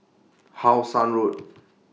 How Sun Road